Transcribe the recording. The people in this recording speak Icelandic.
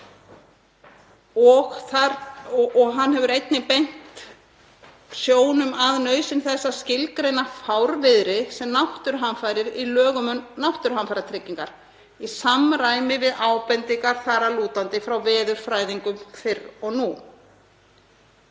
á. Hann hefur einnig beint sjónum að nauðsyn þess að skilgreina fárviðri sem náttúruhamfarir í lögum um náttúruhamfaratryggingar í samræmi við ábendingar þar að lútandi frá veðurfræðingum fyrr og nú.